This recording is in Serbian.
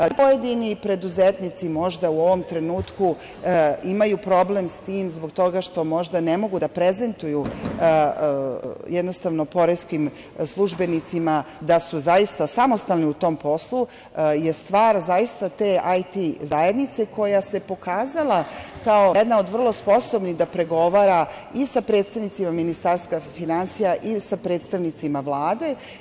Da li pojedini preduzetnici možda u ovom trenutku imaju problem s tim, zbog toga što možda ne mogu da prezentuju jednostavno poreskim službenicima da su zaista samostalni u tom poslu je stvar zaista te IT zajednice, koja se pokazala kao jedna od vrlo sposobnih da pregovara i sa predstavnicima Ministarstva finansija i sa predstavnicima Vlade.